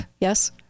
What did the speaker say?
yes